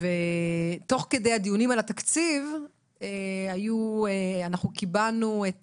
ותוך כדי הדיונים על התקציב אנחנו קיבלנו את